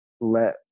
let